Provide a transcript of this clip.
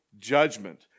judgment